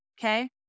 Okay